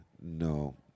no